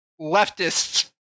leftists